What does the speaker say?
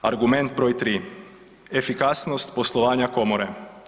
Argument broj 3. Efikasnost poslovanja komore.